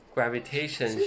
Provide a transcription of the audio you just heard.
Gravitation